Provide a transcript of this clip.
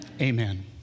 Amen